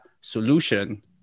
solution